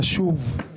קשוב,